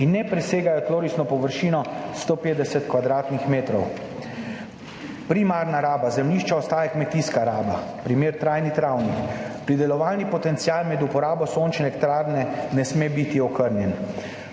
in ne presegajo tlorisne površine150 kvadratnih metrov. Primarna raba zemljišča ostaja kmetijska raba, primer trajni travnik, pridelovalni potencial med uporabo sončne elektrarne ne sme biti okrnjen.